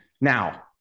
now